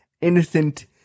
innocent